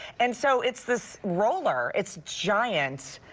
and so it's this roller, it's giant.